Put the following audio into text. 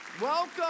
welcome